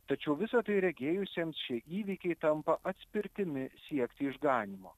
tačiau visa tai regėjusiems šie įvykiai tampa atspirtimi siekti išganymo